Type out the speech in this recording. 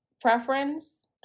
preference